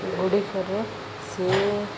ଗୁଡ଼ିକରୁ ସେ